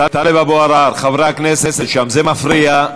טלב אבו עראר, חברי הכנסת שם, זה מפריע.